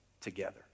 together